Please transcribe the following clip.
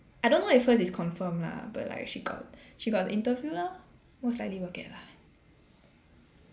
I don't know if hers is confirmed lah but like she got she got the interview lor most likely will get lah